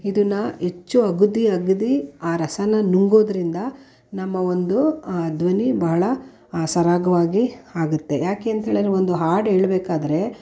ಇದನ್ನು ಹೆಚ್ಚು ಅಗಿದು ಅಗಿದು ಆ ರಸನ ನುಂಗೋದರಿಂದ ನಮ್ಮ ಒಂದು ಧ್ವನಿ ಭಾಳ ಸರಾಗವಾಗಿ ಆಗುತ್ತೆ ಯಾಕೆ ಅಂತ್ಹೇಳಿದರೆ ಒಂದು ಹಾಡು ಹೇಳ್ಬೇಕಾದ್ರೆ